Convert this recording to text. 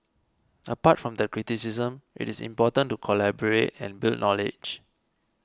apart from the criticism it is important to collaborate and build knowledge